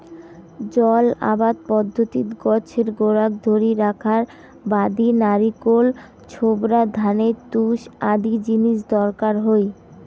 জল আবাদ পদ্ধতিত গছের গোড়াক ধরি রাখার বাদি নারিকল ছোবড়া, ধানের তুষ আদি জিনিস দরকার হই